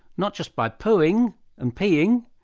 not just by pooing and peeing,